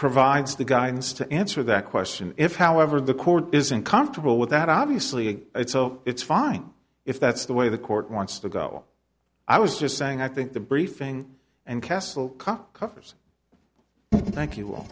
provides the guidance to answer that question if however the court is uncomfortable with that obviously it's oh it's fine if that's the way the court wants to go i was just saying i think the briefing and castle cop covers thank you all